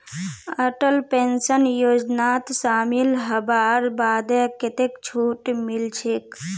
Atal pension योजनात शामिल हबार बादे कतेक छूट मिलछेक